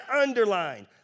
underlined